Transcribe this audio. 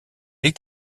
est